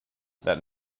that